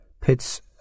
Pits